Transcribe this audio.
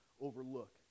overlook